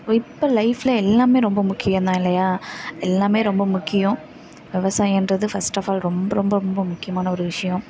இப்போ லைஃப்பில் எல்லாமே ரொம்ப முக்கியம் தான் இல்லையா எல்லாமே ரொம்ப முக்கியம் விவசாயம்ன்றது ஃபஸ்ட் ஆஃப் ஆல் ரொம்ப ரொம்ப ரொம்ப முக்கியமான ஒரு விஷயம்